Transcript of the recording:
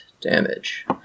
damage